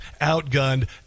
outgunned